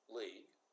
league